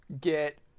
get